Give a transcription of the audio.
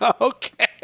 Okay